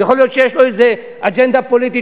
יכול להיות שיש לו איזה אג'נדה פוליטית,